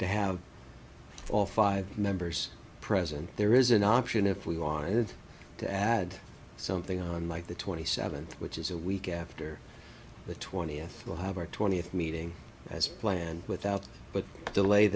to have all five members present there is an option if we wanted to add something on like the twenty seventh which is a week after the twentieth we'll have our twentieth meeting as planned without but delay